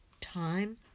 Time